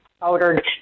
powdered